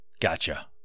Gotcha